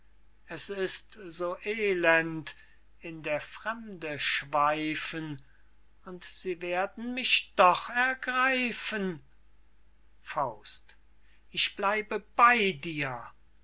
es ist so elend in der fremde schweifen und sie werden mich doch ergreifen ich bleibe bey dir